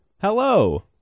hello